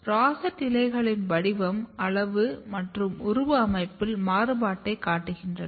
rosette இலைகளின் வடிவம் அளவு மற்றும் உருவ அமைப்பில் மாறுபாட்டைக் காட்டுகின்றன